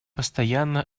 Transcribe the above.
постоянно